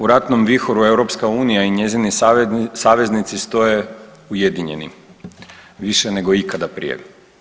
U ratnom vihoru EU i njezini saveznici stoje ujedinjeni više nego ikada prije.